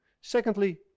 Secondly